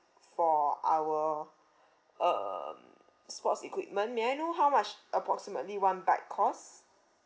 for our um sports equipment may I know how much approximately one bike cost